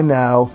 now